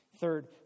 Third